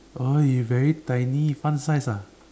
oh you very tiny fun size ah